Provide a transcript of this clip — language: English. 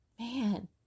Man